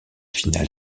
final